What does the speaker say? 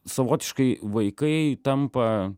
savotiškai vaikai tampa